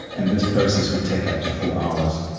and this process would take up to four hours.